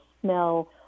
smell